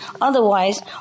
Otherwise